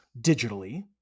digitally